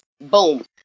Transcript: boom